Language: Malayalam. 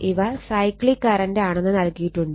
ഇവ സൈക്ലിക് കറണ്ട് ആണെന്ന് നൽകിയിട്ടുണ്ട്